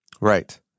Right